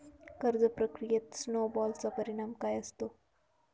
कर्ज प्रक्रियेत स्नो बॉलचा परिणाम काय असतो?